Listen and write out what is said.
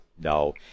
no